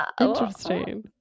Interesting